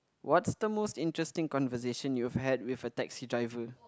what's the most interesting conversation you've had with a taxi driver